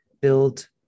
build